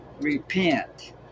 Repent